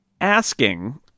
asking